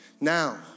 Now